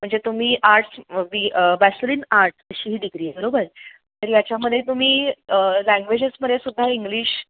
म्हणजे तुम्ही आट्स व वी बॅचलर इन आट अशी ही डिग्री आहे बरोबर तर याच्यामध्ये तुम्ही लँग्वेजेसमध्ये सुद्धा इंग्लिश